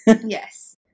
Yes